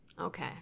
Okay